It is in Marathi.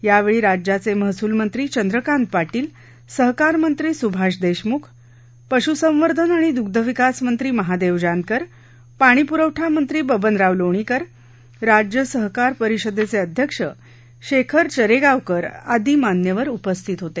या वेळी राज्याचे महसूलमंत्री चंद्रकांत पाटील सहकार मंत्री सुभाष देशमुख पशुसंवर्धन आणि दुग्धविकास मंत्री महादेव जानकर पाणी पुरवठा मंत्री बबनराव लोणीकर राज्य सहकार परिषदेचे अध्यक्ष शेखर चरेगांवकर आदि मान्यवर उपस्थित होते